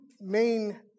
main